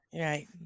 Right